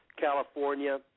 California